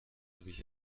sich